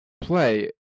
play